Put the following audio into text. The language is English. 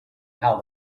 how